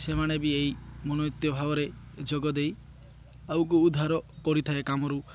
ସେମାନେ ବି ଏଇ ମନନିତ୍ୱ ଭାବରେ ଯୋଗ ଦେଇ ଆଗକୁ ଉଦ୍ଧାର କରିଥାଏ କାମରୁ